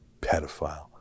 pedophile